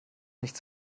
nicht